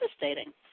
devastating